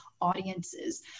audiences